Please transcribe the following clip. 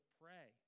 pray